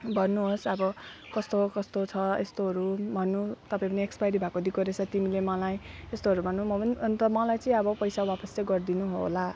भन्नु होस् अब कस्तो कस्तो छ यस्तोहरू भन्नु तपाईँ पनि एक्सपाइरी भएको देखिको रहेछ तिमीले मलाई त्यस्तोहरू भनौँ अन्त मलाई चाहिँ अब पैसा वापस चाहिँ गर्दिनु होला